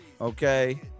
Okay